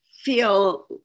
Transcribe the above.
feel